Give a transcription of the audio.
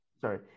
Sorry